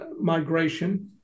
migration